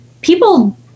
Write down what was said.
people